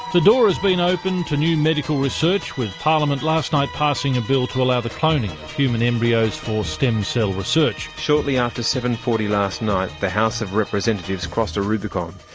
the door is being opened to new medical research with parliament last night passing a bill to allow the cloning of human embryos for stem cell research. shortly after seven. forty last night the house of representatives crossed the rubicon,